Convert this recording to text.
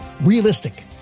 realistic